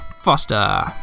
Foster